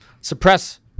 suppress